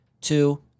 Two